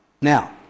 Now